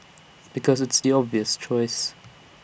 because it's obvious choice